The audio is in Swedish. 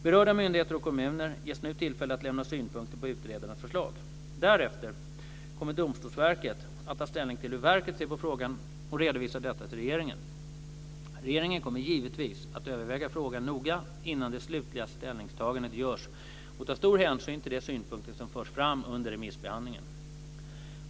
Berörda myndigheter och kommuner ges nu tillfälle att lämna synpunkter på utredarens förslag. Därefter kommer Domstolsverket att ta ställning till hur verket ser på frågan och redovisa detta till regeringen. Regeringen kommer givetvis att överväga frågan noga innan det slutliga ställningstagandet görs och ta stor hänsyn till de synpunkter som förs fram under remissbehandlingen.